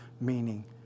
meaning